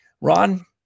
Ron